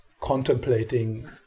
contemplating